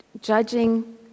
judging